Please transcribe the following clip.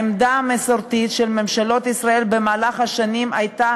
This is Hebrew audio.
העמדה המסורתית של ממשלות ישראל במהלך השנים הייתה